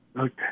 okay